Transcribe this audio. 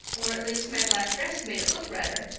or at least my black dress made it look redder,